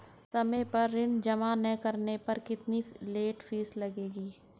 समय पर ऋण जमा न करने पर कितनी लेट फीस लगेगी?